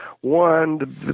One